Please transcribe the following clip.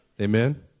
Amen